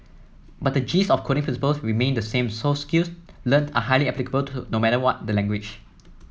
but the gist of coding principles remained the same so skills learnt are highly applicable no matter what the language